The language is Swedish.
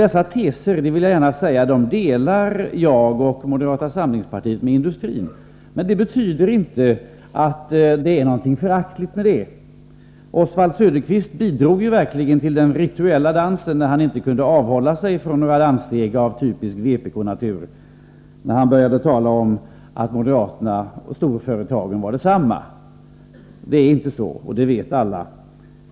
Dessa teser delar — och det vill jag gärna säga — jag och moderata samlingspartiet med industrin. Men det är inte något föraktligt med det. Oswald Söderqvist bidrog verkligen till den rituella dansen när han inte kunde avhålla sig från några danssteg av typisk vpk-natur utan började tala om att moderaterna och storföretagen är detsamma. Det är inte så, och det vet alla.